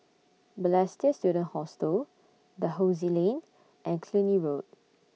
Balestier Student Hostel Dalhousie Lane and Cluny Road